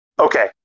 okay